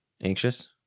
Anxious